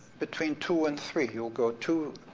between two and three. you'll go two